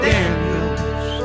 Daniels